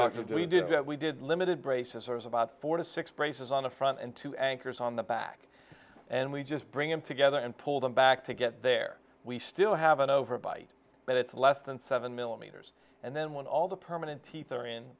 to do we did that we did limited braces or was about four to six braces on the front and two anchors on the back and we just bring him together and pull them back to get there we still have an overbite but it's less than seven millimeters and then when all the permanent teeth are in